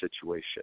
situation